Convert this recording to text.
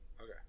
Okay